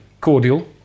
cordial